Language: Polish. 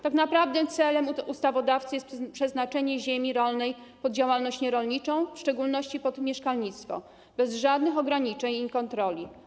Tak naprawdę celem ustawodawcy jest przeznaczenie ziemi rolnej pod działalność nierolniczą, w szczególności pod mieszkalnictwo, bez żadnych ograniczeń i kontroli.